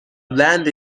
land